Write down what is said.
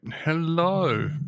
Hello